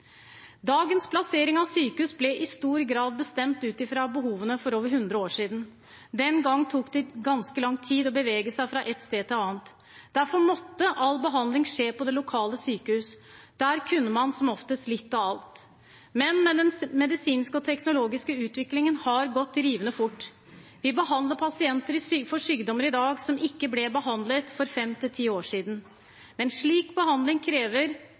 Dagens plassering av sykehus ble i stor grad bestemt ut fra behovene for over 100 år siden. Den gangen tok det ganske lang tid å bevege seg fra et sted til et annet. Derfor måtte all behandling skje på det lokale sykehuset. Der kunne man som oftest litt av alt. Men den medisinske og teknologiske utviklingen har gått rivende fort. Vi behandler pasienter for sykdommer i dag som ikke ble behandlet for 5–10 år siden. Men slik behandling krever